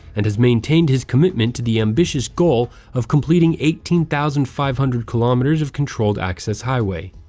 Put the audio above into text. and has maintained his commitment to the ambitious goal of completing eighteen thousand five hundred kilometers of controlled-access highway.